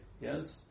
Yes